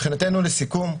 לסיכום,